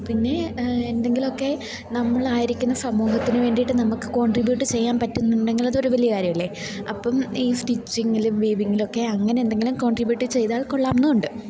പിന്നെ എന്തെങ്കിലുവൊക്കെ നമ്മൾ ആയിരിക്കുന്ന സമൂഹത്തിന് വേണ്ടിയിട്ട് നമുക്ക് കോൺട്രിബ്യൂട്ട് ചെയ്യാൻ പറ്റുന്നുണ്ടെങ്കിലതൊര് വലിയ കാര്യവല്ലേ അപ്പം ഈ സ്റ്റിച്ചിങ്ങിലും വീവിങ്ങിലുവൊക്കെ അങ്ങനെ എന്തെങ്കിലും കോൺട്രിബ്യൂട്ട് ചെയ്താൽ കൊള്ളാം എന്നുണ്ട്